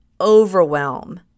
overwhelm